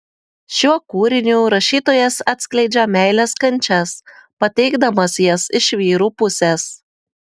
šiuo kūriniu rašytojas atskleidžia meilės kančias pateikdamas jas iš vyrų pusės